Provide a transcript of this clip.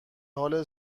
حال